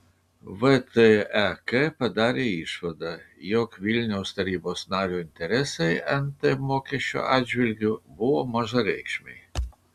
vtek padarė išvadą jog vilniaus tarybos nario interesai nt mokesčio atžvilgiu buvo mažareikšmiai